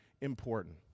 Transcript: important